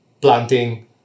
planting